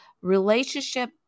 relationship